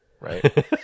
right